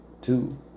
two